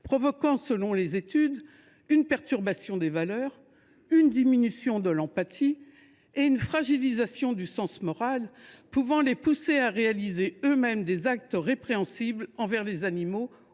entraîne, selon les études, une perturbation des valeurs, une diminution de l’empathie et une fragilisation du sens moral, qui peuvent les pousser à réaliser eux mêmes des actes répréhensibles envers les animaux